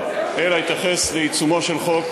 אלא אתייחס לעיצומו של חוק,